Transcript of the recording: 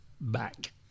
back